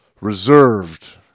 reserved